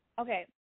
Okay